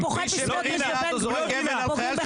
מי שזורק אבן על חייל,